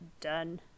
done